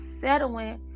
settling